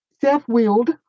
self-willed